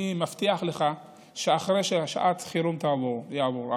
אני מבטיח לך שאחרי ששעת החירום תעבור,